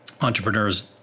entrepreneurs